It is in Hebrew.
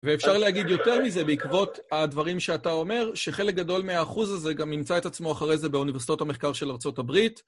ואפשר להגיד יותר מזה, בעקבות הדברים שאתה אומר, שחלק גדול מהאחוז הזה גם ימצא את עצמו אחרי זה באוניברסיטאות המחקר של ארה״ב.